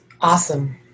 Awesome